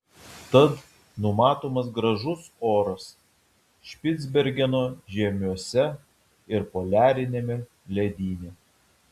tad numatomas gražus oras špicbergeno žiemiuose ir poliariniame ledyne